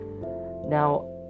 Now